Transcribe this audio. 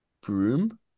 broom